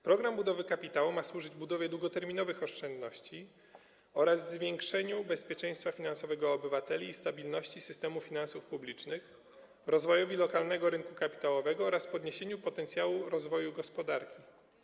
Program budowy kapitału” ma służyć budowie długoterminowych oszczędności oraz zwiększeniu bezpieczeństwa finansowego obywateli i stabilności systemu finansów publicznych, rozwojowi lokalnego rynku kapitałowego oraz podniesieniu potencjału rozwoju gospodarki.